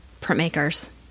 printmakers